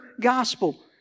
gospel